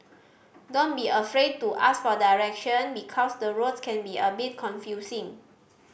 don't be afraid to ask for direction because the roads can be a bit confusing